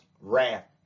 wrath